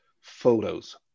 photos